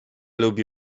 lubi